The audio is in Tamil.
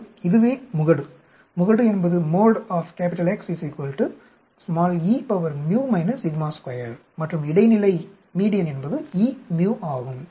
மற்றும் இதுவே முகடு முகடு என்பது மற்றும் இடைநிலை என்பது e μ ஆகும்